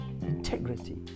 Integrity